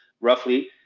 roughly